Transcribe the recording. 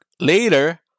Later